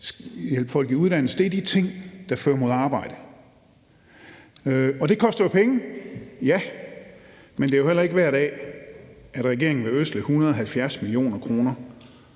hjælpe folk i uddannelse. Det er de ting, der fører mod arbejde, og ja, det koster penge, men det er jo heller ikke hver dag, regeringen vil ødsle 170 mio. kr.